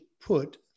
put